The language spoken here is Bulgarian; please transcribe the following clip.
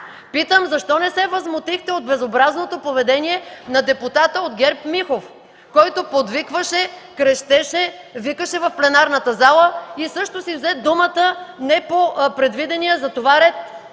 Питам: защо не се възмутихте от безобразното поведение на депутата от ГЕРБ Михов, който подвикваше, крещеше, викаше в пленарната зала и също си взе думата не по предвидения за това ред?